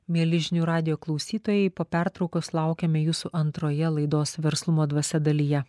mieli žinių radijo klausytojai po pertraukos laukiame jūsų antroje laidos verslumo dvasia dalyje